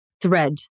thread